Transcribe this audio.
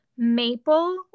maple